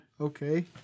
Okay